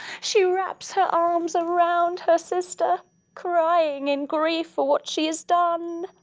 she wraps her arms around her sister crying in grief for what she has done.